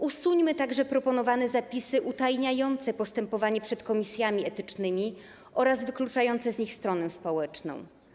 Usuńmy także proponowane zapisy utajniające postępowania przed komisjami etycznymi oraz wykluczające z nich stronę społeczną.